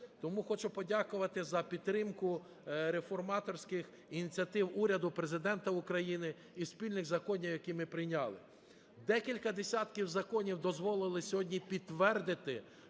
Тому хочу подякувати за підтримку реформаторських ініціатив уряду, Президента України і спільних законів, які ми прийняли. Декілька десятків законів дозволили сьогодні підтвердити